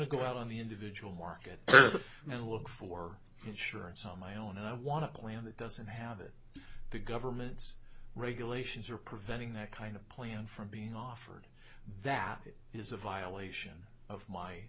to go out on the individual market and look for insurance on my own and i want to plan that doesn't have it the government's regulations are preventing that kind of plan from being offered that it is a violation of my